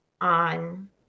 on